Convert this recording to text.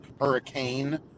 Hurricane